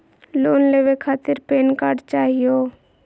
Loan लेवे खातीर PAN card चाहियो?